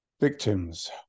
victims